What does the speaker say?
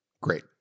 great